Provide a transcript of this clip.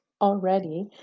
already